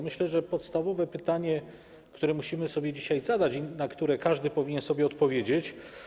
Myślę, że podstawowe pytanie, które musimy sobie dzisiaj zadać i na które każdy powinien sobie odpowiedzieć.